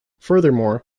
furthermore